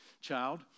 child